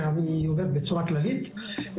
אני אומר בצורה כללית,